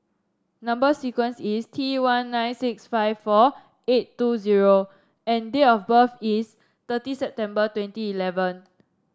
number sequence is T one nine six five four eight two zero and date of birth is thirty September twenty eleven